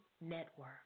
Network